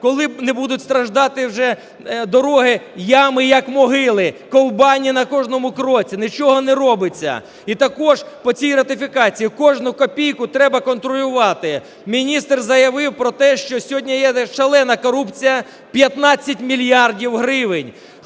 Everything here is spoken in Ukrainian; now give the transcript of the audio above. коли е будуть страждати вже дороги, ями, як могили, ковбані на кожному кроці, нічого не робиться. І також по цій ратифікації. Кожну копійку треба контролювати. Міністр заявив про те, що сьогодні є шалена корупція – 15 мільярдів гривень.